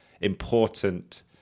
important